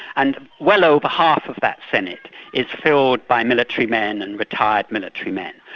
and well over half of that senate is filled by military men and retired military men.